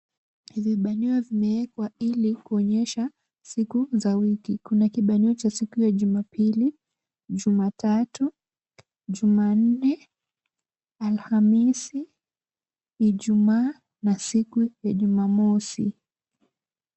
Vijibanio vimewekwa ili kuonyesha siku za wiki. Kuna kibanio cha siku ya Jumapili, Jumatatu, Jumanne, Alhamisi, Ijumaa na siku ya Jumamosi.